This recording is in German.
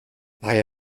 war